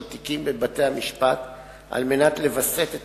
תיקים בין בתי-המשפט על מנת לווסת את